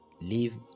Leave